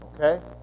Okay